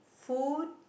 food